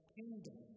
kingdom